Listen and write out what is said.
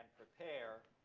prepare